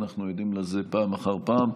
אנחנו עדים לזה פעם אחר פעם.